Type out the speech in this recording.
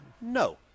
No